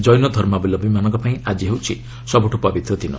ଜୈନ ଧର୍ମାବଲମ୍ବିମାନଙ୍କ ପାଇଁ ଆଜି ହେଉଛି ସବୁଠୁ ପବିତ୍ର ଦିନ